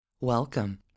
Welcome